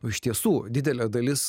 o iš tiesų didelė dalis